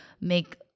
make